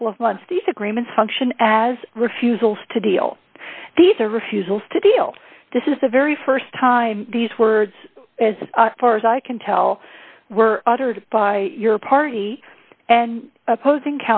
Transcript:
couple of months these agreements function as refusals to deal these are refusals to deal this is the very st time these words as far as i can tell were uttered by your party and opposing